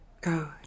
Go